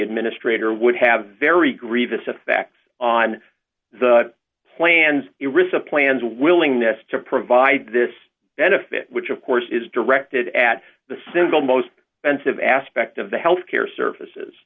administrator would have very grievous effect on the plans of plans willingness to provide this benefit which of course is directed at the single most sensitive aspect of the health care services